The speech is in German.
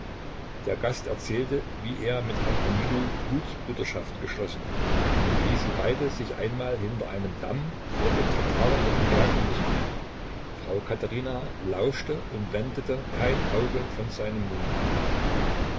der gast erzählte wie er mit herrn danilo blutsbruderschaft geschlossen und wie sie beide sich einmal hinter einem damm vor den tataren hätten bergen müssen frau katherina lauschte und wendete kein auge von seinem mund